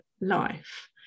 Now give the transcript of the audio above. life